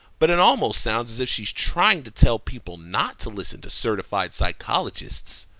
but it almost sounds as if she's trying to tell people not to listen to certified psychologists.